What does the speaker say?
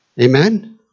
Amen